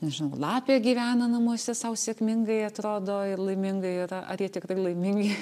nežinau lapė gyvena namuose sau sėkmingai atrodo ir laimingai yra ar jie tikrai laimingi